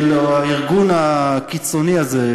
של הארגון הקיצוני הזה,